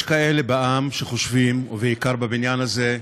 יש כאלה בעם שחושבים, ובעיקר בבניין הזה,